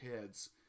heads